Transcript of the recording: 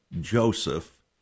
Joseph